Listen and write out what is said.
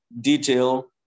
detail